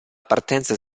partenza